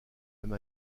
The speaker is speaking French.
même